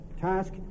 task